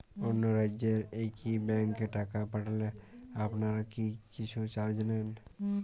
অন্য রাজ্যের একি ব্যাংক এ টাকা পাঠালে আপনারা কী কিছু চার্জ নেন?